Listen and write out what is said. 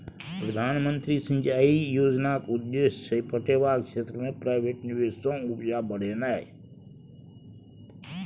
प्रधानमंत्री सिंचाई योजनाक उद्देश्य छै पटेबाक क्षेत्र मे प्राइवेट निबेश सँ उपजा बढ़ेनाइ